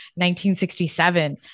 1967